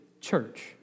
church